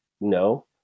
No